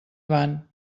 van